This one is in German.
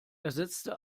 ersetzte